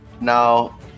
Now